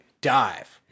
Dive